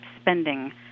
spending